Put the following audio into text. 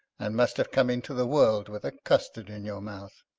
and must have come into the world with a custard in your mouth.